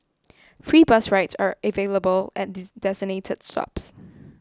free bus rides are available at designated stops